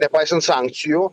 nepaisant sankcijų